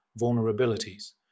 vulnerabilities